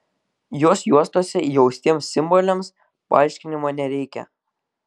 jos juostose įaustiems simboliams paaiškinimo nereikia